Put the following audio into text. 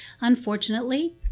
Unfortunately